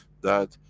that,